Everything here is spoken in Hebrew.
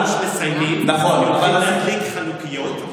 אמר היושב-ראש שב-15:00 מסיימים כי הולכים להדליק חנוכיות.